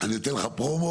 אני אתן לך פרומו,